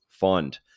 fund